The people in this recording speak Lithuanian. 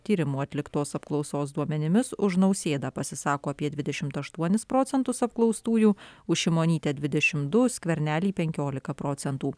tyrimų atliktos apklausos duomenimis už nausėdą pasisako apie dvidešim aštuonis procentus apklaustųjų už šimonytę dvidešim du už skvernelį penkiolika procentų